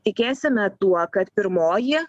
tikėsime tuo kad pirmoji